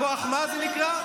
כוח מה זה נקרא?